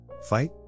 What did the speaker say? Fight